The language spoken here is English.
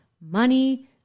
money